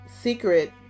secret